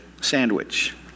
Sandwich